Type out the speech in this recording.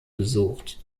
besucht